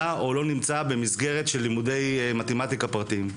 או לא נמצא במסגרת של לימודי מתמטיקה פרטיים.